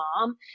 mom